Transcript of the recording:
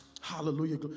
Hallelujah